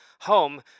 home